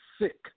sick